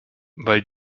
weil